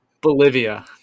Bolivia